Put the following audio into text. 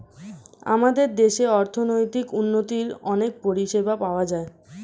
আমাদের দেশে অর্থনৈতিক উন্নতির অনেক পরিষেবা পাওয়া যায়